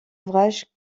ouvrages